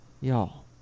Y'all